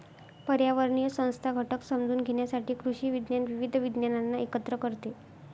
पर्यावरणीय संस्था घटक समजून घेण्यासाठी कृषी विज्ञान विविध विज्ञानांना एकत्र करते